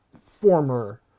former